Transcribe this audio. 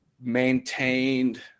maintained